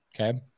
Okay